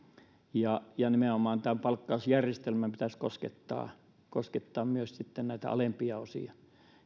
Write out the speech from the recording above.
ja ja nimenomaan tämän palkkausjärjestelmän pitäisi koskettaa koskettaa myös näitä alempia osia